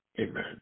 Amen